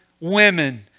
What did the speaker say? women